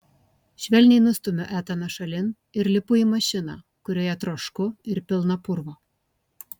švelniai nustumiu etaną šalin ir lipu į mašiną kurioje trošku ir pilna purvo